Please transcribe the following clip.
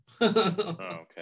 Okay